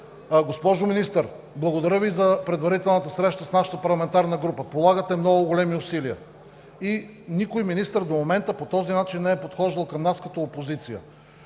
...Госпожо Министър, благодаря Ви, за предварителната среща с нашата парламентарна група. Полагате много големи усилия. Никой министър до момента по този начин не е подхождал към нас като опозиция.